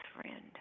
Friend